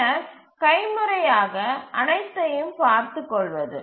பின்னர் கைமுறையாகப் அனைத்தையும் பார்த்து கொள்வது